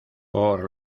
por